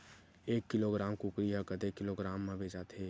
एक किलोग्राम कुकरी ह कतेक किलोग्राम म बेचाथे?